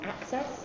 access